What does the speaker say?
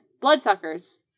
Bloodsuckers